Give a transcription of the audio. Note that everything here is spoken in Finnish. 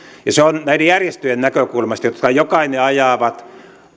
se on näiden järjestöjen näkökulmasta jotka jokainen ajavat